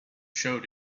showed